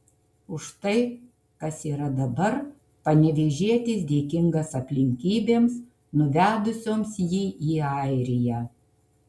už tai kas yra dabar panevėžietis dėkingas aplinkybėms nuvedusioms jį į airiją